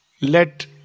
let